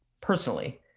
personally